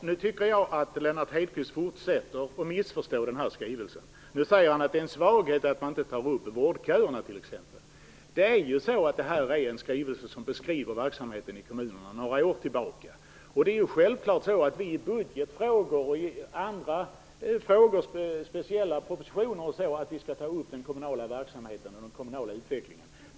Herr talman! Jag tycker att Lennart Hedquist fortsätter att missförstå innehållet i skrivelsen. Han säger att det är en svaghet att inte vårdköerna tas upp t.ex. Detta är ju en skrivelse som beskriver verksamheten i kommunerna några år tillbaka. Det är självklart så att i samband med budgetfrågor och i speciella propositioner kommer den kommunala verksamheten och den kommunala utvecklingen att tas upp.